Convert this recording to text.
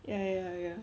ya ya ya